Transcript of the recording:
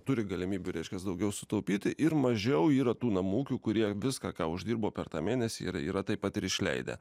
turi galimybių reiškias daugiau sutaupyti ir mažiau yra tų namų ūkių kurie viską ką uždirbo per tą mėnesį ir yra taip pat ir išleidę